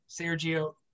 Sergio